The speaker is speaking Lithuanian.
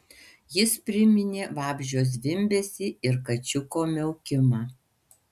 jis priminė vabzdžio zvimbesį ir kačiuko miaukimą